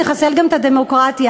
נחסל גם את הדמוקרטיה.